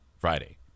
Friday